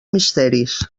misteris